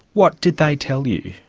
what did they tell you?